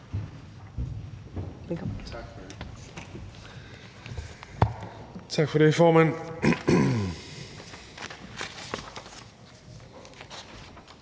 Tak for det, formand,